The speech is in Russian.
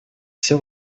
все